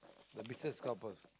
the misses cover